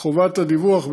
חובת הדיווח,